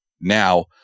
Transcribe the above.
Now